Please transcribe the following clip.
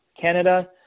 Canada